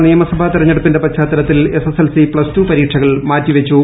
കേരള നിയമസഭാ തെരഞ്ഞെടുപ്പിന്റെ പശ്ചാത്തലത്തിൽ എസ്എസ്എൽസി പ്തസ്ടു പരീക്ഷകൾ മാറ്റിവെച്ചു